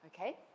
okay